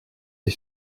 les